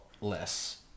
less